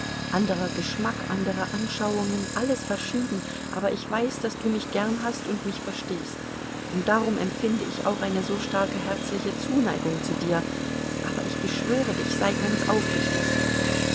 anderer geschmack andere anschauungen alles verschieden aber ich weiß daß du mich gern hast und mich verstehst und darum empfinde ich auch eine so starke herzliche zuneigung zu dir aber ich beschwöre dich sei ganz aufrichtig